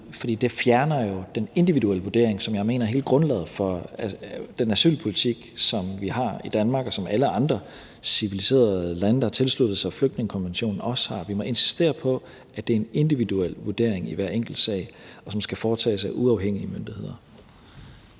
fordi det jo fjerner den individuelle vurdering, som jeg mener er hele grundlaget for den asylpolitik, som vi har i Danmark, og som alle andre civiliserede lande, der har tilsluttet sig flygtningekonventionen, også har. Vi må insistere på, at det er en individuel vurdering i hver enkelt sag, og som skal foretages af uafhængige myndigheder.